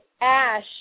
Ash